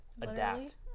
adapt